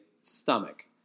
stomach